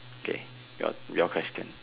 okay your your question